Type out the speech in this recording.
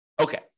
Okay